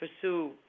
pursue